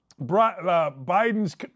Biden's